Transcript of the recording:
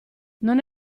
non